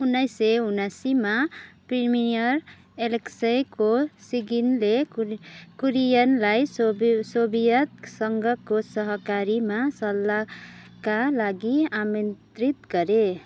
उन्नाइस सय उनासीमा प्रिमियर एलेक्सईको सिगिनले कुरी कुरियनलाई सोभी सोभियत सङ्घको सहकारीमा सल्लाहका लागि आमन्त्रित गरे